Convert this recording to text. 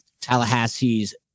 Tallahassee's